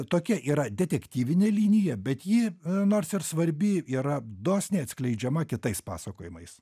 tokia yra detektyvinė linija bet ji nors ir svarbi yra dosniai atskleidžiama kitais pasakojimais